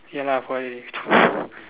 ya lah by